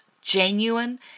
genuine